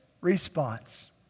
response